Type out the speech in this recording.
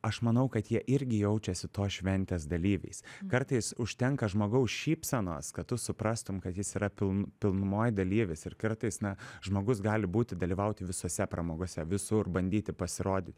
aš manau kad jie irgi jaučiasi tos šventės dalyviais kartais užtenka žmogaus šypsenos kad tu suprastum kad jis yra pilnum pilnumoj dalyvis ir kartais na žmogus gali būti dalyvauti visose pramogose visur bandyti pasirodyt